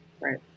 right